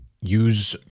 Use